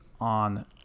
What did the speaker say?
on